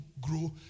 grow